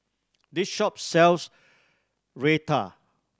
this shop sells Raita